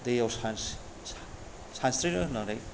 दैयाव सानस्रि सानस्रिनो होननानै